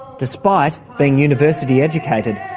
despite being university educated,